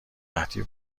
قحطی